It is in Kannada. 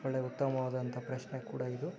ಒಳ್ಳೆ ಉತ್ತಮವಾದಂಥ ಪ್ರಶ್ನೆ ಕೂಡ ಇದು